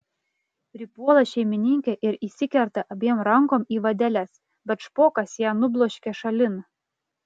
pripuola šeimininkė ir įsikerta abiem rankom į vadeles bet špokas ją nubloškia šalin